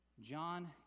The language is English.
John